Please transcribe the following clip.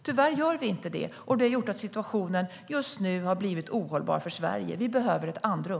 Tyvärr gör vi inte det, och det har gjort att situationen just nu har blivit ohållbar för Sverige. Vi behöver ett andrum.